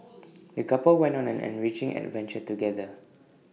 the couple went on an enriching adventure together